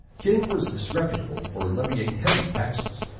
qin was disreputable for levying heavy taxes,